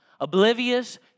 oblivious